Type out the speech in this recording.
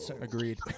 Agreed